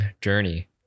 journey